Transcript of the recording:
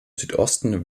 südosten